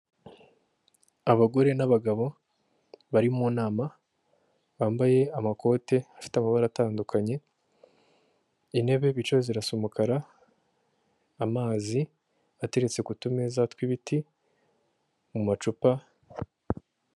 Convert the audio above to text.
Abagore n'abagabo bari mu nama, bambaye amakoti afite amabara atandukanye, intebe bicayeho zirasa umukara, amazi ateretse ku tumeza tw'ibiti mu macupa.